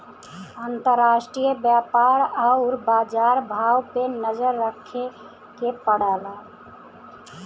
अंतराष्ट्रीय व्यापार आउर बाजार भाव पे नजर रखे के पड़ला